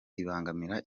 ibangamira